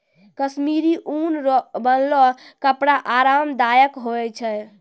कश्मीरी ऊन रो बनलो कपड़ा आराम दायक हुवै छै